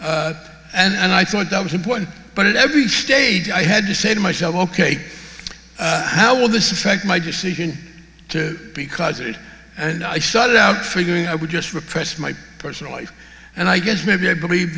in and i thought that was important but in every stage i had to say to myself ok how will this affect my decision to because it and i started out thinking i would just repress my personal life and i guess maybe i believe